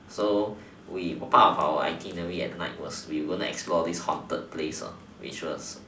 so we part of our itinerary at night was we wouldn't explore this haunted place ah which was